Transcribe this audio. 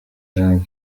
jean